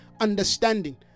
understanding